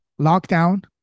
lockdown